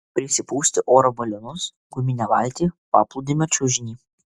prisipūsti oro balionus guminę valtį paplūdimio čiužinį